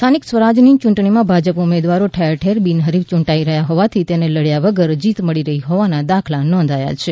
સ્થાનિક સ્વરાજ ની ચૂંટણી માં ભાજપ ઉમેદવારો ઠેર ઠેર બિનહરીફ યૂંટાઈ રહ્યા હોવાથી તેને લડ્યા વગર જીત મળી રહી હોવાના દાખલા નોંધાયા છે